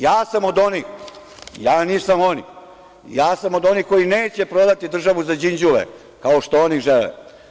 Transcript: Ja sam od onih, ja nisam oni, ja sam od onih koji neće prodati državu za đinđuve, kao što oni žele.